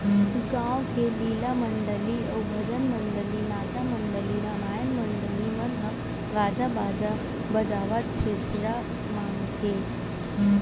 गाँव के लीला मंडली अउ भजन मंडली, नाचा मंडली, रमायन मंडली मन ह गाजा बाजा बजावत छेरछेरा मागथे